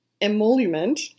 emolument